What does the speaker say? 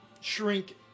shrink